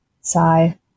Sigh